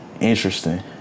interesting